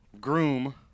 groom